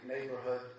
neighborhood